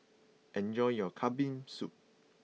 enjoy your Kambing Soup